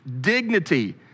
dignity